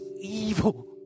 evil